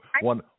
one